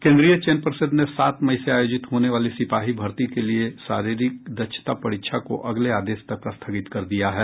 केन्द्रीय चयन पर्षद ने सात मई से आयोजित होने वाली सिपाही भर्ती के लिए शारीरिक दक्षता परीक्षा को अगले आदेश तक स्थगित कर दिया है